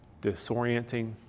disorienting